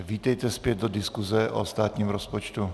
Vítejte zpět do diskuse o státním rozpočtu.